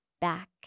back